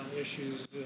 issues